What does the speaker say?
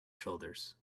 shoulders